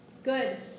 Good